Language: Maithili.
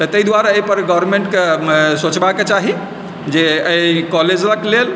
तऽ ताहि दुआरे एहिपर गवर्मेंटके सोचबाक चाही जे एहि कॉलेजक लेल